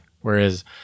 Whereas